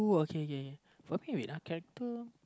okay okay okay wait ah character